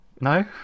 no